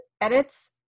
edits